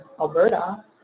Alberta